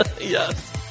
Yes